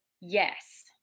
Yes